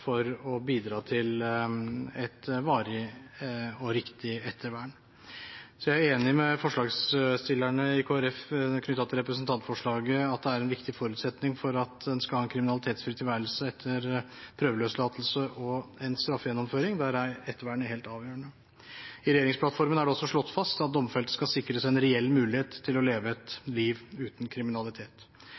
for å bidra til et varig og riktig ettervern. Så jeg er enig med forslagsstillerne fra Kristelig Folkeparti knyttet til representantforslaget i at en viktig forutsetning for at en skal ha en kriminalitetsfri tilværelse etter prøveløslatelse og straffegjennomføring er ettervernet. Det er helt avgjørende. I regjeringsplattformen er det også slått fast at domfelte skal sikres en reell mulighet til å leve et liv uten kriminalitet.